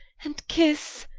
and kisse,